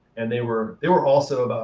and they were they were also